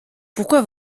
pourquoi